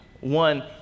one